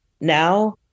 now